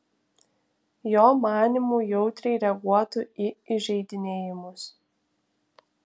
jo manymu jautriai reaguotų į įžeidinėjimus